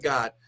God